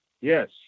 Yes